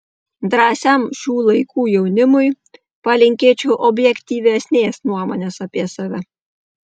drąsiam šių laikų jaunimui palinkėčiau objektyvesnės nuomonės apie save